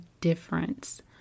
difference